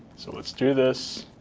so, let's do this.